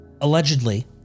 allegedly